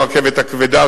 ברכבת הכבדה,